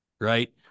right